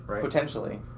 potentially